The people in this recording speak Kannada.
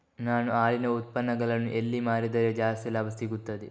ನಾನು ಹಾಲಿನ ಉತ್ಪನ್ನಗಳನ್ನು ಎಲ್ಲಿ ಮಾರಿದರೆ ಜಾಸ್ತಿ ಲಾಭ ಸಿಗುತ್ತದೆ?